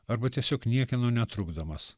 arba tiesiog niekieno netrukdomas